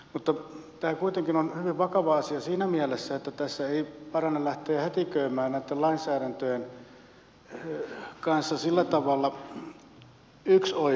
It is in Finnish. mutta tämä kuitenkin on hyvin vakava asia siinä mielessä että tässä ei parane lähteä hätiköimään näitten lainsäädäntöjen kanssa sillä tavalla yksioikoisesti